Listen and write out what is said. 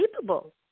capable